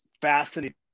fascinating